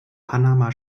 panama